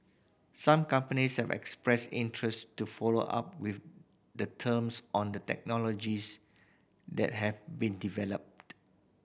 some companies have expressed interest to follow up with the terms on the technologies that have been developed